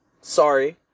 Sorry